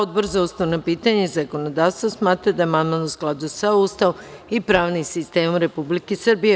Odbor za ustavna pitanja i zakonodavstvo smatra da je amandman u skladu sa Ustavom i pravnim sistemom Republike Srbije.